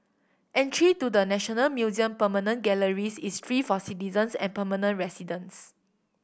entry to the National Museum permanent galleries is free for citizens and permanent residents